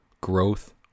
Growth